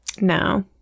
no